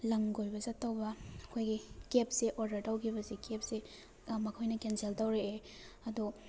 ꯂꯝ ꯀꯣꯏꯕ ꯆꯠꯇꯧꯕ ꯑꯩꯈꯣꯏꯒꯤ ꯀꯦꯞꯁꯦ ꯑꯣꯔꯗꯔ ꯇꯧꯒꯤꯕꯁꯦ ꯀꯦꯞꯁꯦ ꯃꯈꯣꯏꯅ ꯀꯦꯟꯁꯦꯜ ꯇꯧꯔꯛꯑꯦ ꯑꯗꯣ